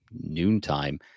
noontime